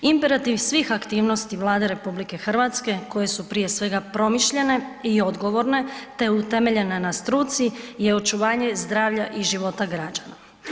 Imperativ svih aktivnosti Vlade RH koje su prije svega promišljene i odgovorne te utemeljene na struci je očuvanje zdravlja i života građana.